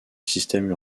système